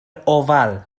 ofal